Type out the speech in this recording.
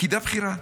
פקידה בכירה.